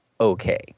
okay